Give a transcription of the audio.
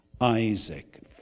Isaac